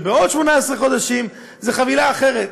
ובעוד 18 חודשים זו חבילה אחרת.